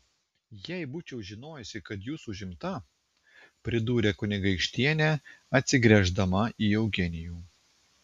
jei būčiau žinojusi kad jūs užimta pridūrė kunigaikštienė atsigręždama į eugenijų